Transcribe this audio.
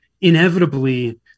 Inevitably